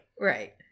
Right